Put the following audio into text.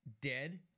dead